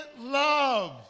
love